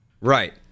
right